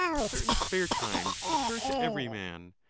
certain spare times occur to every man,